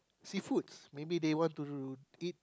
seafood maybe they want to eat